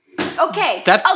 Okay